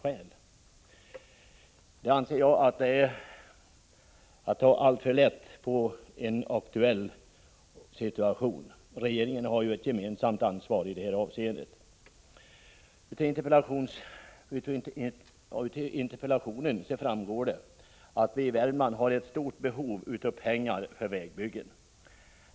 Det anser jag är att ta alltför lätt på en aktuell situation. Regeringen har ju ett gemensamt ansvar i detta avseende. Avinterpellationen framgår att vi i Värmland är i stort behov av pengar för vägbyggen.